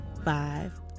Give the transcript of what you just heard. Five